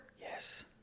yes